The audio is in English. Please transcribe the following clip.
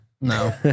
No